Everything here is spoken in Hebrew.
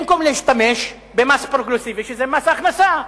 במקום להשתמש במס פרוגרסיבי, שזה מס ההכנסה,